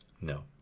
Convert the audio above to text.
No